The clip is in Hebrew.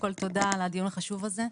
תודה על הדיון החשוב הזה.